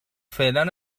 فعلا